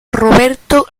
roberto